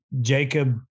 Jacob